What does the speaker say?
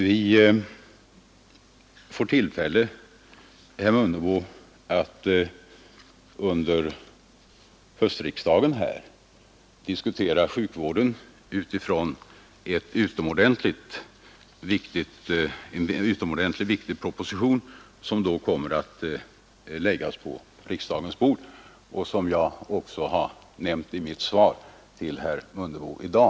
Vi får tillfälle, herr Mundebo, att under höstriksdagen diskutera sjukvården med utgångspunkt i en utomordentligt viktig proposition, som då kommer att läggas på riksdagens bord och som jag också har omnämnt i mitt svar till herr Mundebo i dag.